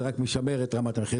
זה רק משמר את רמת המחיר,